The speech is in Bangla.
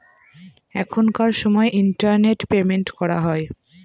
এখনকার সময় ইন্টারনেট পেমেন্ট করা হয়